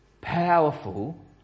powerful